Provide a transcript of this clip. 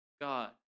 God